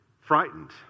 frightened